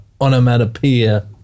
onomatopoeia